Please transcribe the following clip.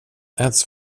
adds